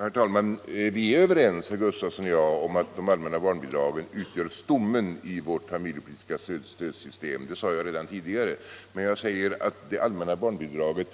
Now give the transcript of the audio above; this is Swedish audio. Herr talman! Vi är överens, herr Gustavsson i Alvesta och jag, om att de allmänna barnbidragen utgör stommen i det familjepolitiska stödsystemet. Det sade jag redan tidigare. Men jag framhöll att det allmänna barnbidraget